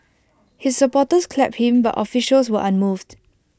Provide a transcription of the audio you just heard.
his supporters clapped him but officials were unmoved